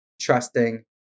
trusting